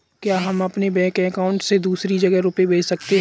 क्या हम अपने बैंक अकाउंट से दूसरी जगह रुपये भेज सकते हैं?